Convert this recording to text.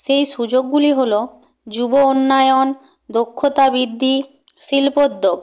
সেই সুযোগগুলি হলো যুব উন্নয়ন দক্ষতা বৃদ্ধি শিল্পোদ্যোগ